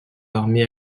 l’armée